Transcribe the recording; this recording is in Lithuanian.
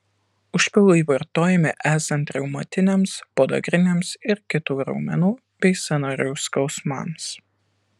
užpilai vartojami esant reumatiniams podagriniams ir kitų raumenų bei sąnarių skausmams